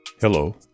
Hello